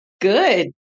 Good